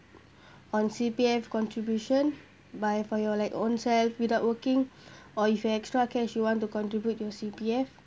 on C_P_F contribution by for your like own self without working or if you have extra cash you want to contribute your C_P_F